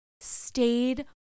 stayed